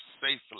safely